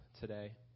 today